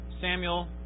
Samuel